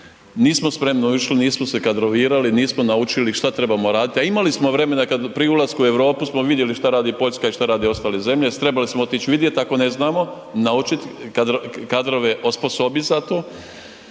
nismo spremno ušli, nismo se kadrovirali, nismo naučili što trebamo raditi, a imali smo vremena pri ulasku u Europu smo vidjeli šta radi Poljska i šta rade ostale zemlje. Trebali smo otići vidjet ako ne znamo, naučiti, kadrove osposobit za to.